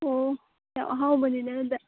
ꯑꯣ ꯌꯥꯝ ꯑꯍꯥꯎꯕꯅꯤꯅꯦ ꯑꯗꯨꯗꯤ